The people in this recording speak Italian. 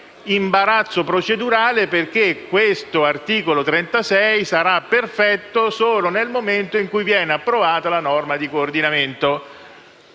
imbarazzo procedurale, perché questo articolo 36 sarà perfetto solo nel momento in cui verrà approvata la norma di coordinamento.